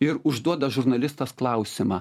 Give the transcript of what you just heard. ir užduoda žurnalistas klausimą